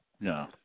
no